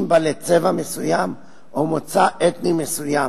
בעלי צבע מסוים או מוצא אתני מסוים,